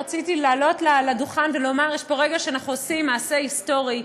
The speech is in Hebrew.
רציתי לעלות לדוכן ולומר שיש פה רגע שאנחנו עושים מעשה היסטורי,